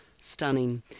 stunning